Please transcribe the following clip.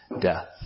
death